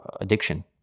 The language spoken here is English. addiction